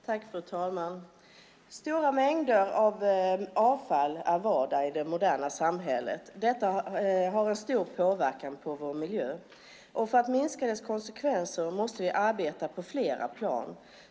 Fru talman! Stora mängder avfall är vardag i det moderna samhället. Detta har en stor påverkan på vår miljö. För att minska konsekvenserna måste vi arbeta på flera plan.